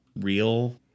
real